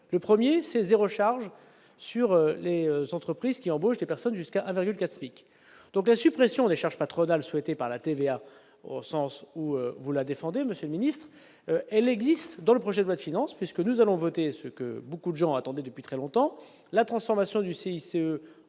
le 1er c'est 0 charges sur les entreprises qui embauchent des personnes jusqu'à la catholique donc la suppression des charges patronales, souhaitée par la TVA, au sens où vous la défendez Monsieur le Ministre, elle existe dans le projet de loi de finances puisque nous allons voter ce que beaucoup de gens attendaient depuis très longtemps, la transformation du CICE